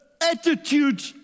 attitude